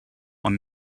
ond